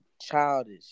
childish